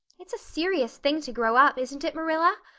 it's a serious thing to grow up, isn't it, marilla?